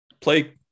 play